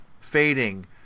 fading